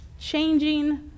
changing